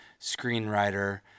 screenwriter